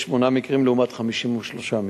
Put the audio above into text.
38 מקרים לעומת 53 מקרים,